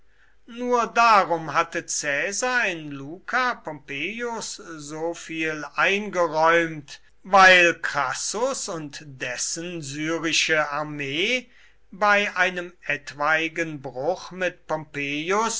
nur darum hatte caesar in luca pompeius so viel eingeräumt weil crassus und dessen syrische armee bei einem etwaigen bruch mit